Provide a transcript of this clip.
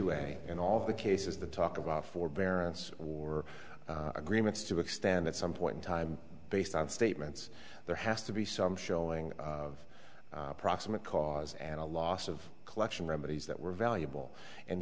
two way in all the cases the talk about forbearance or agreements to extend at some point in time based on statements there has to be some showing of proximate cause and a loss of collection remedies that were valuable